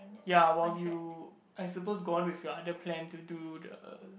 ya while you I suppose go on with your other plan to do the